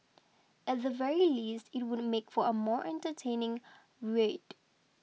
at the very least it would make for a more entertaining read